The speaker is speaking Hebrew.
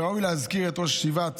ראוי להזכיר את ראש ישיבת